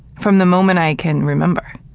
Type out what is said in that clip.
from the moment i can remember,